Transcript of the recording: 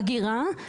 אגירה,